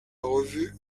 revue